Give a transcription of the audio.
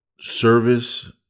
Service